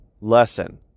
lesson